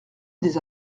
des